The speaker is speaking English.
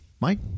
Mike